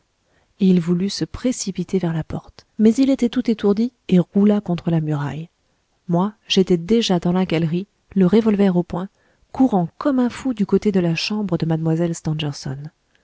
et il voulut se précipiter vers la porte mais il était tout étourdi et roula contre la muraille moi j'étais déjà dans la galerie le revolver au poing courant comme un fou du côté de la chambre de